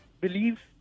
Believe